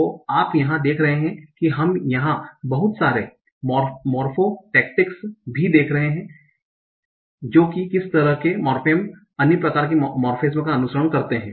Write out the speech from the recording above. तो आप यहाँ देख रहे हैं कि हम यहा कुछ बहुत सारे मॉर्फो टैक्टिक्स भी देख रहे हैं कि किस तरह के मॉर्फेम अन्य प्रकार के मॉर्फेमेस का अनुसरण करते हैं